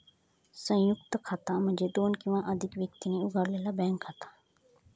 संयुक्त खाता म्हणजे दोन किंवा अधिक व्यक्तींनी उघडलेला बँक खाता